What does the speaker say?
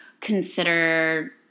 consider